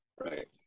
Right